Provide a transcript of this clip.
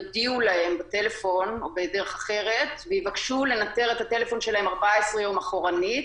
יודיעו להם בטלפון או בדרך אחת ויבקשו לנטר את הטלפון שלהם 14 יום אחורנית